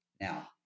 Now